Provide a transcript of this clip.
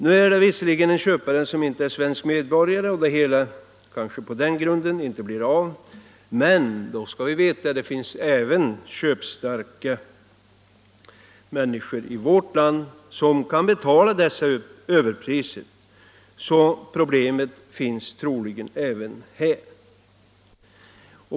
Här rör det sig visserligen om en köpare som inte är svensk medborgare, och affären kanske på den grunden inte blir av, men vi skall veta att det finns även köpstarka personer i vårt land som kan betala sådana här överpriser. Problemet finns alltså även här.